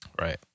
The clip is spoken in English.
Right